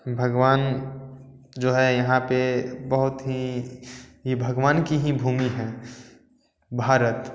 भगवान जो हैं यहाँ पे बहुत ही ये भगवान की ही भूमि है भारत